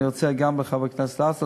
אני רוצה גם לענות לחבר הכנסת באסל,